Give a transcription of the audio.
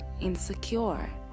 insecure